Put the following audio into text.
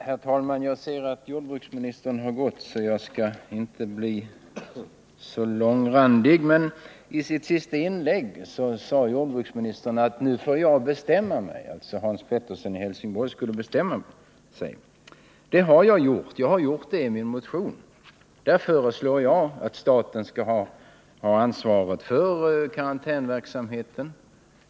Herr talman! Jag ser att jordbruksministern har gått, så jag skall inte bli så långrandig. ; I sitt sista inlägg sade jordbruksministern att nu får Hans Pettersson i Helsingborg bestämma sig. Det har jag gjort. Jag har gjort det i min motion. Där föreslår jag att staten skall ha ansvaret för karantänsverksamheten.